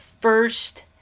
first